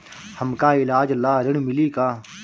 हमका ईलाज ला ऋण मिली का?